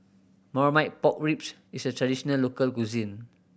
Marmite Pork Ribs is a traditional local cuisine